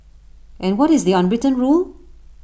and what is the unwritten rule